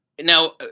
Now